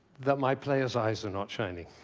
that my players' eyes are not shining?